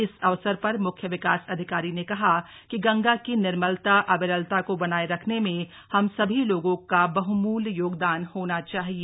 इस अवसर पर मुख्य विकास अधिकारी ने कहा कि गंगा की निर्मलता अविरलता को बनाये रखने में हम सभी लोगों का बहमूल्य योगदान होना चाहिए